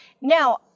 now